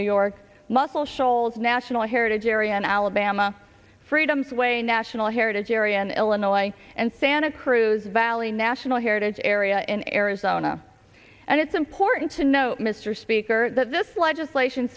new york muscle shoals national heritage area and alabama freedom's way national heritage area in illinois and santa cruz valley national heritage area in arizona and it's important to note mr speaker that this legislation